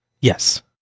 Yes